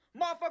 Motherfucker